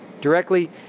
Directly